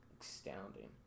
Astounding